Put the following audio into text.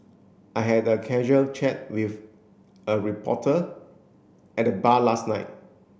I had a casual chat with a reporter at the bar last night